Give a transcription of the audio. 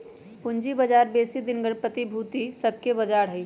पूजी बजार बेशी दिनगत प्रतिभूति सभके बजार हइ